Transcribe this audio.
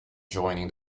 joining